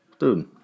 Dude